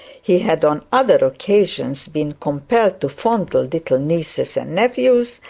he had on other occasions been compelled to fondle little nieces and nephews,